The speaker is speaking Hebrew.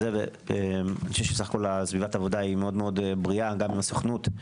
סביבת העבודה היא מאוד בריאה, גם עם הסוכנות.